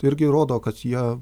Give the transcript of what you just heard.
tai irgi rodo kad jie